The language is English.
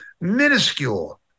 minuscule